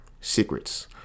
Secrets